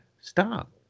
stop